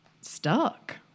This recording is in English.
stuck